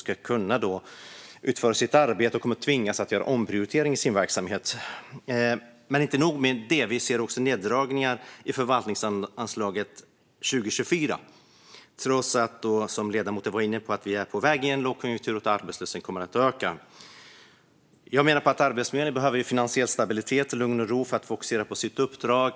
För att kunna utföra sitt arbete kommer den att tvingas göra omprioriteringar i sin verksamhet. Inte nog med det - vi ser också neddragningar av förvaltningsanslaget för 2024 trots att vi, som ledamoten var inne på, är på väg in i en lågkonjunktur och att arbetslösheten kommer att öka. Jag menar att Arbetsförmedlingen behöver finansiell stabilitet och lugn och ro för att fokusera på sitt uppdrag.